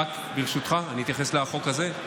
ברשותך, אני אתייחס לחוק הזה.